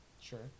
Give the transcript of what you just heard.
Sure